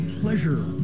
pleasure